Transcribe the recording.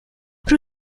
pro